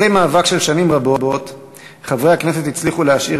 אחרי מאבק של שנים רבות חברי הכנסת הצליחו להשאיר